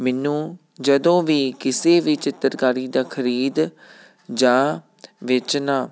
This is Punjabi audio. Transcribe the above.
ਮੈਨੂੰ ਜਦੋਂ ਵੀ ਕਿਸੇ ਵੀ ਚਿੱਤਰਕਾਰੀ ਦਾ ਖਰੀਦ ਜਾਂ ਵੇਚਣਾ